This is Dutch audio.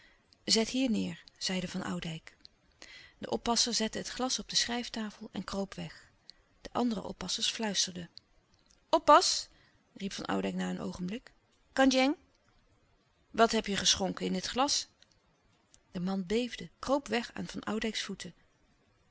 hier neêr zeide van oudijck de oppasser zette het glas op de schrijftafel en kroop weg de andere oppassers fluisterden oppas riep van oudijck na een oogenblik kandjeng wat heb je geschonken in dit glas de man beefde kroop weg aan van oudijcks voeten